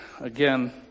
Again